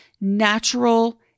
natural